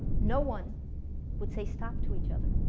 no one would say stop to each other